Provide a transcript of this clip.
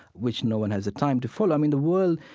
which no one has a time to follow. i mean, the world,